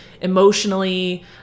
emotionally